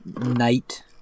night